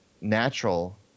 natural